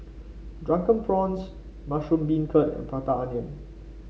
Drunken Prawns Mushroom Beancurd and Prata Onion